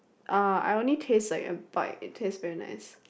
uh I only taste like a bite it taste very nice